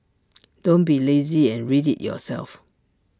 don't be lazy and read IT yourself